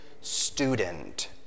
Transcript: student